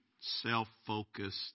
self-focused